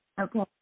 Okay